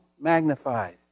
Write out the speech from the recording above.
magnified